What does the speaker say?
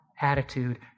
attitude